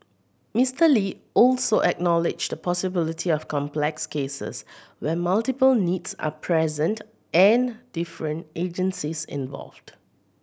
Mister Lee also acknowledged the possibility of complex cases where multiple needs are present and different agencies involved